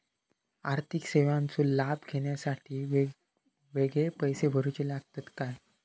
आर्थिक सेवेंचो लाभ घेवच्यासाठी वेगळे पैसे भरुचे लागतत काय?